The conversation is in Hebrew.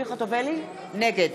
נגד